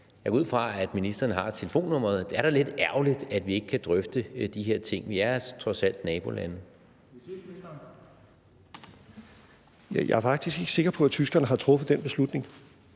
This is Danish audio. Jeg er faktisk ikke sikker på, at tyskerne har truffet den beslutning